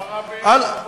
מה רע בעיר האבות?